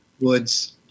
woods